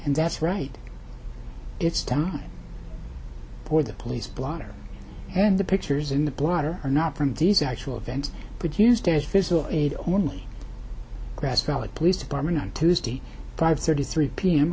and that's right it's time boy the police blotter and the pictures in the blotter are not from these actual events but used as physical aid only grass valley police department on tuesday five thirty three p